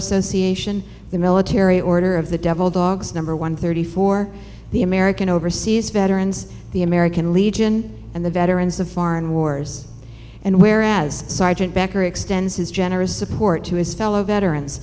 association the military order of the devil dogs number one thirty four the american overseas veterans the american legion and the veterans of foreign wars and whereas sergeant becker extends his generous support to his fellow veterans